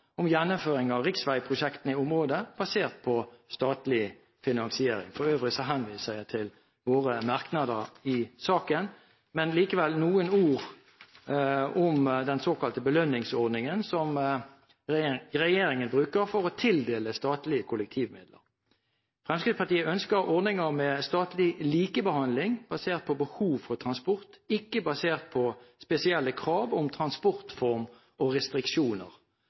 om gjennomføring av riksveiprosjektene i området basert på statlig finansiering. For øvrig henviser jeg til våre merknader i saken. Jeg vil likevel si noen ord om den såkalte belønningsordningen som regjeringen bruker for å tildele statlige kollektivmidler. Fremskrittspartiet ønsker ordninger med statlig likebehandling basert på behov for transport, ikke basert på spesielle krav om transportform og restriksjoner.